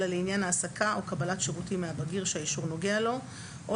אלא לעניין העסקה או קבלת שירותים מהבגיר שהאישור נוגע לו או